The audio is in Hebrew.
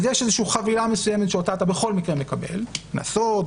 אז יש איזושהי חבילה מסוימת שאותה אתה בכל מקרה מקבל קנסות,